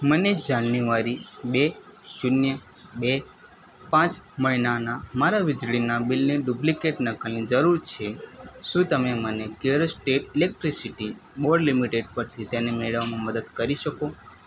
મને જાન્યુઆરી બે શૂન્ય બે પાંચ મહિનાના મારા વીજળીના બિલની ડુપ્લિકેટ નકલની જરૂર છે શું તમે મને Kerala state electricity board limited પરથી તેને મેળવવામાં મદદ કરી શકો